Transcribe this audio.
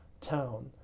town